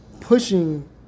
pushing